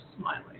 smiling